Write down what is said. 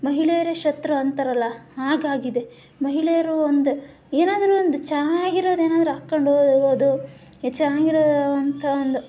ಮಹಿಳೆಯರೇ ಶತ್ರು ಅಂತಾರಲ್ಲ ಹಾಗಾಗಿದೆ ಮಹಿಳೆಯರು ಒಂದು ಏನಾದರೂ ಒಂದು ಚೆನ್ನಾಗಿರೋದೇನಾದರೂ ಹಾಕ್ಕೊಂಡೋಗೋದು ಈ ಚೆನ್ನಾಗಿರೋವಂಥ ಒಂದು